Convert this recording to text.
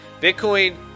Bitcoin